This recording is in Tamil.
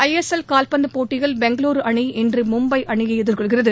ஐஎஸ்எல் காவ்பந்து போட்டியில் பெங்களூரு அணி இன்று மும்பை அணியை எதிர்கொள்கிறது